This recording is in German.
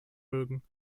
mögen